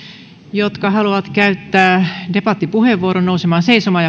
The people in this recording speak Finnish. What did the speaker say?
jotka haluavat käyttää debattipuheenvuoron nousemaan seisomaan